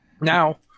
Now